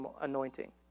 anointing